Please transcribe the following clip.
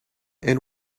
and